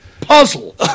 Puzzle